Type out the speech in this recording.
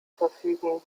verfügen